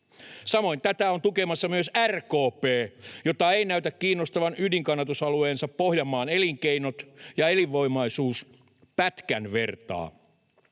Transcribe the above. Samoin tätä on tukemassa myös RKP, jota ei näytä kiinnostavan ydinkannatusalueensa Pohjanmaan elinkeinot ja elinvoimaisuus pätkän vertaa.